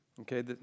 Okay